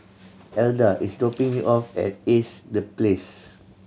Elda is dropping me off at Ace The Place